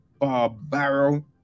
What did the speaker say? Barbaro